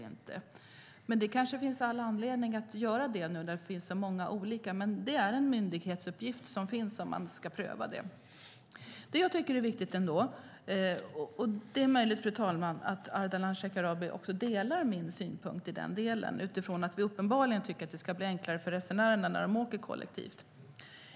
Men det kanske finns all anledning att göra det nu när det finns så många olika avgifter. Det är en myndighetsuppgift som finns att man ska pröva detta. Jag tycker att det här är viktigt, och det är möjligt att Ardalan Shekarabi delar min synpunkt i denna del, fru talman, utifrån att vi uppenbarligen tycker att det ska bli enklare för resenärerna när de åker kollektivt.